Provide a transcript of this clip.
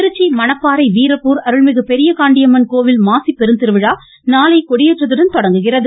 க்க்க்க்க கோவில் திருச்சி மணப்பாறை வீரப்பூர் அருள்மிகு பெரியகாண்டியம்மன் கோவில் மாசிப்பெருந் திருவிழா நாளை கொடியேற்றத்துடன் தொடங்குகிறது